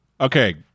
Okay